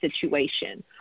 situation